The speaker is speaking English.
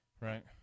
Right